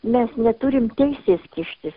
mes neturim teisės kištis